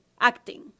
acting